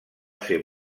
ser